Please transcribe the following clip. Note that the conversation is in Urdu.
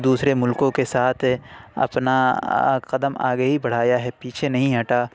دوسرے مُلکوں کے ساتھ اپنا قدم آگے ہی بڑھایا ہے پیچھے نہیں ہٹا